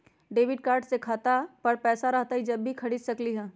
Debit card से खाता पर पैसा रहतई जब ही खरीद सकली ह?